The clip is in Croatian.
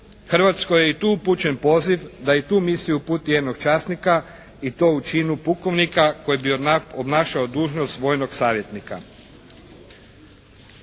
Hrvatskoj je i tu upućen poziv da i u tu misiju uputi jednog časnika i to u činu pukovnika koji bi obnašao dužnost vojnog savjetnika.